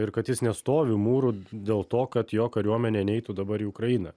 ir kad jis nestovi mūru dėl to kad jo kariuomenė neitų dabar į ukrainą